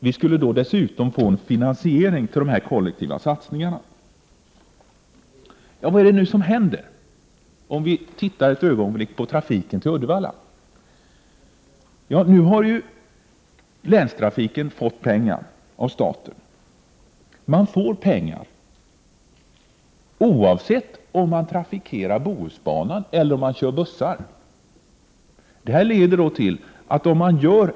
Vi skulle dessutom få en finansiering av de kollektiva satsningarna. Låt oss ett ögonblick titta på vad som händer när det gäller trafiken till Uddevalla. Länstrafiken har ju fått pengar av staten. Man får pengar oavsett om man trafikerar Bohusbanan eller kör motsvarande sträcka med bussar.